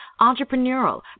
entrepreneurial